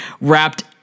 wrapped